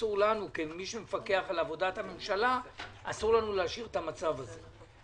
ואסור לנו כמי שמפקח על עבודת הממשלה להשאיר את המצב הזה כמות שהוא.